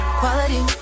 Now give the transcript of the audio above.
quality